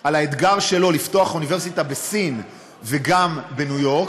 על האתגר שלו לפתוח אוניברסיטה בסין וגם בניו יורק,